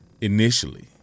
initially